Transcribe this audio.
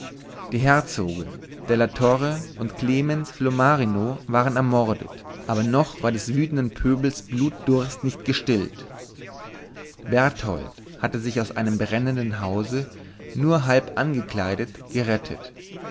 die herzoge della torre und clemens filomarino waren ermordet aber noch war des wütenden pöbels blutdurst nicht gestillt berthold hatte sich aus einem brennenden hause nur halb angekleidet gerettet